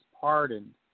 pardoned